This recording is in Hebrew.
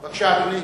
בבקשה, אדוני.